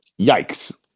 yikes